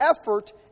effort